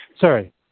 Sorry